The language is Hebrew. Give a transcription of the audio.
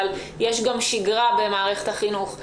אבל יש גם שגרה במערכת החינוך.